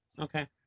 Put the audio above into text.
Okay